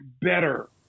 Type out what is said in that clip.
better